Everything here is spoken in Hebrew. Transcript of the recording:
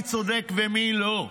מי צודק ומי לא,